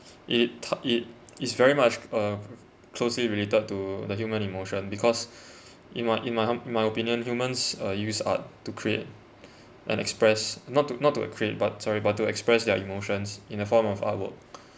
i~ ta~ it is very much uh closely related to the human emotion because in my in my my opinion humans uh use art to create and express not not to create but sorry but to express their emotions in a form of artwork